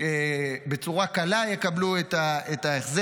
ושיקבלו את ההחזר